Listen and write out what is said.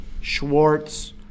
Schwartz